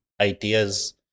ideas